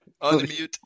Unmute